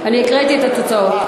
אני הקראתי את התוצאות.